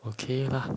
okay lah